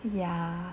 ya